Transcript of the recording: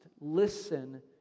Listen